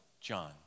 John